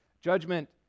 Judgment